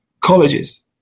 colleges